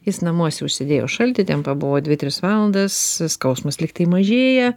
jis namuose užsidėjo šaltį ten pabuvo dvi tris valandas skausmas lyg tai mažėja